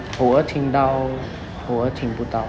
我听到我听不到